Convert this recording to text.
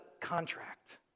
contract